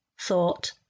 thought